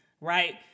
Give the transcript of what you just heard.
right